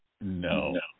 No